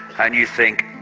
and you think,